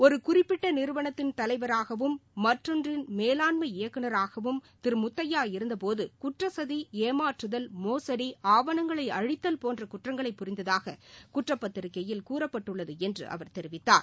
ஒரு குறிப்பிட்ட நிறுவனத்தின் தலைவராகவும் மற்றொன்றின் மேலாண் இயக்குநராகவும் திரு முத்தையா இருந்தபோது குற்ற சதி ஏமாற்றுதல் மோசடி ஆவணங்களை அழித்தல் போன்ற குற்றங்களை புரிந்ததாக குற்றப்பத்திரிகையில் கூறப்பட்டுள்ளது என்று அவர் தெரிவித்தார்